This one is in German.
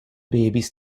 babys